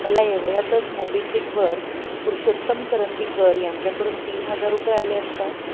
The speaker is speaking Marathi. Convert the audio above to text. मला एवढ्यातच मोबिक्विकवर पुरुषोत्तम करंदीकर यांच्याकडून तीन हजार रुपये आले आहेत का